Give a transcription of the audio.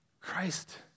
Christ